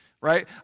right